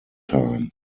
time